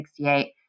1968